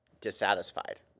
dissatisfied